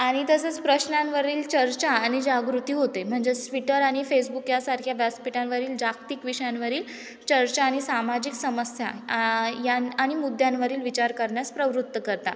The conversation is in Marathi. आणि तसंच प्रश्नांवरील चर्चा आनि जागृती होते म्हणजेच ट्विटर आणि फेसबुक यासारख्या व्यासपीठांवरील जागतिक विषयांवरील चर्चा आणि सामाजिक समस्या या आणि मुद्द्यांवरील विचार करण्यास प्रवृत्त करतात